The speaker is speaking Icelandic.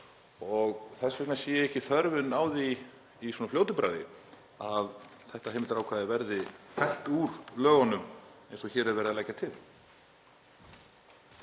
og þess vegna sé ég ekki þörfina á því í fljótu bragði að þetta heimildarákvæði verði fellt úr lögunum eins og hér er verið að leggja til.